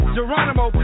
Geronimo